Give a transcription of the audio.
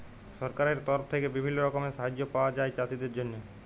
সরকারের তরফ থেক্যে বিভিল্য রকমের সাহায্য পায়া যায় চাষীদের জন্হে